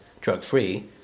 drug-free